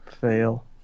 Fail